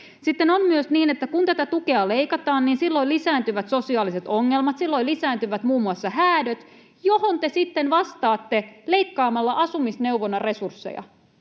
Sitten on myös niin, että kun tätä tukea leikataan, niin silloin lisääntyvät sosiaaliset ongelmat. Silloin lisääntyvät muun muassa häädöt, mihin te sitten vastaatte leikkaamalla asumisneuvonnan resursseja.